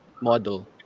model